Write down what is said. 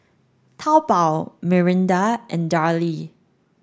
Taobao Mirinda and Darlie